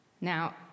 Now